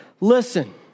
Listen